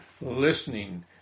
listening